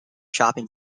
shopping